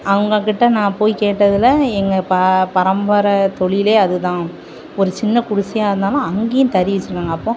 அவங்கக்கிட்ட நான் போய் கேட்டதில் எங்கள் பா பரம்பரதொழிலே அதுதான் ஒரு சின்ன குடிசையாக இருந்தாலும் அங்கேயும் தறி வச்சிருக்காங்க அப்போ